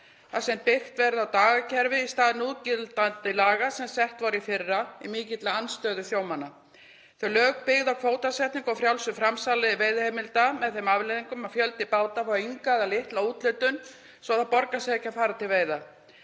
þar sem byggt verði á dagakerfi í stað núgildandi laga sem sett voru í fyrra í mikilli andstöðu sjómanna. Þau lög byggðu á kvótasetningu á frjálsu framsali veiðiheimilda með þeim afleiðingum að fjöldi báta fær enga eða litla úthlutun svo það borgar sig ekki að fara til veiða.